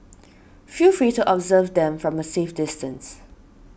feel free to observe them from a safe distance